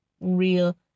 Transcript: real